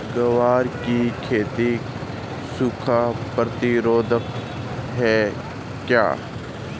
ग्वार की खेती सूखा प्रतीरोधक है क्या?